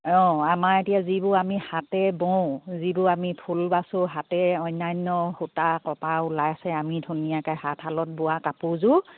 অঁ আমাৰ এতিয়া যিবোৰ আমি হাতেৰে বওঁ যিবোৰ আমি ফুল বাচোঁ হাতেৰে অন্যান্য সূতা কপাহ ওলাইছে আমি ধুনীয়াকৈ হাতশালত বোৱা কাপোৰযোৰ